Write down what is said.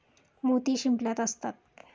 मोती शिंपल्यात असतात